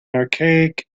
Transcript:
archaic